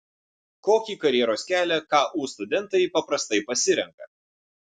kokį karjeros kelią ku studentai paprastai pasirenka